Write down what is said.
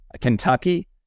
Kentucky